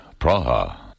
Praha